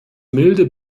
milde